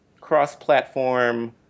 cross-platform